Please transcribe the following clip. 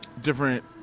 different